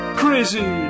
crazy